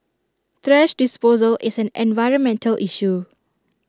thrash disposal is an environmental issue